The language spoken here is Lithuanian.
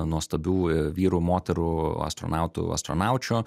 nuostabių vyrų moterų astronautų astronaučių